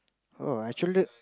oh actually